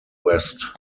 west